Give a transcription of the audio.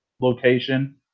location